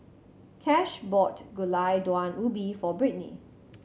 Cash bought Gulai Daun Ubi for Britni